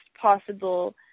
possible